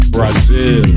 Brazil